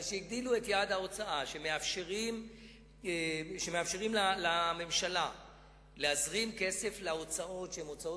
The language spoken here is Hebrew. במצב שמאפשרים לממשלה להזרים כסף להוצאות שהן הוצאות